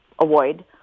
avoid